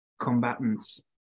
combatants